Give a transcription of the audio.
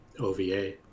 ova